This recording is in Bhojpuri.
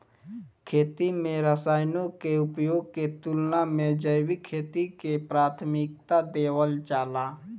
खेती में रसायनों के उपयोग के तुलना में जैविक खेती के प्राथमिकता देवल जाला